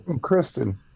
Kristen